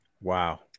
Wow